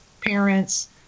parents